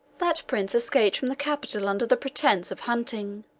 that prince escaped from the capital under the pretence of hunting